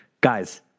guys